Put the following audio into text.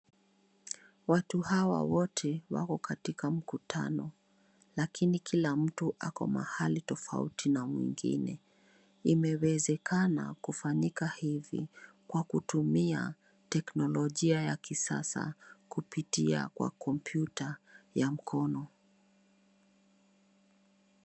Watu hawa wote wako katika mkutano lakini kila mtu ako tofauti na mwingine. Imewezekana kufanyika hivi kwa kutumia teknolojia ya kisasa kupitia kwa kompyuta ya mkono.